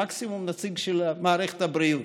מקסימום נציג של מערכת הבריאות.